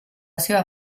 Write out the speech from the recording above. seva